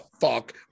fuck